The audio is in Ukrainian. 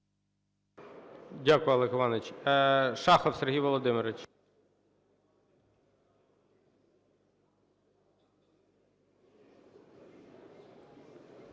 Дякую, Олегу Івановичу. Шахов Сергій Володимирович.